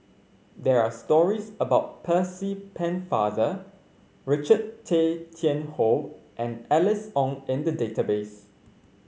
there are stories about Percy Pennefather Richard Tay Tian Hoe and Alice Ong in the database